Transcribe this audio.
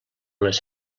les